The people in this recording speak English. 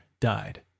died